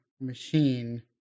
machine